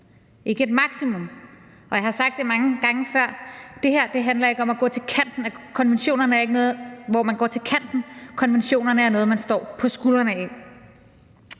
ikke et maksimum. Jeg har sagt det mange gange før: Det her handler ikke om at gå til kanten. Konventionerne er ikke noget, som man går til kanten af;